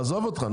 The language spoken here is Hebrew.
עזוב אותך,